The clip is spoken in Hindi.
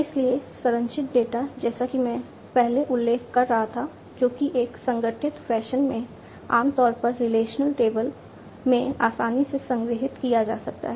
इसलिए संरचित डेटा जैसा कि मैं पहले उल्लेख कर रहा था जो कि एक संगठित फैशन में आम तौर पर रिलेशनल में आसानी से संग्रहीत किया जा सकता है